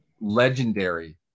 legendary